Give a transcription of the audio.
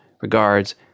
Regards